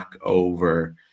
over